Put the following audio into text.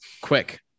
Quick